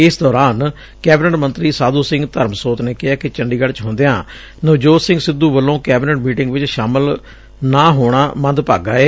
ਇਸ ਦੌਰਾਨ ਕੈਬਨਿਟ ਮੰਤਰੀ ਸਾਧੁ ਸਿੰਘ ਧਰਮਸੋਤ ਨੇ ਕਿਹੈ ਕਿ ਚੰਡੀੱਗੜ੍ਹ ਚ ਹੁੰਦਿਆਂ ਨਵਜੋਤ ਸਿੰਘ ਸਿੱਧੂ ਵੱਲੋ ਕੈਬਨਿਟ ਮੀਟਿੰਗ ਚ ਸ਼ਾਮਲ ਨਾ ਹੋਣਾ ਮੰਦਭਾਗਾ ਏ